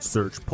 Search